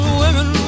women